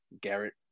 Garrett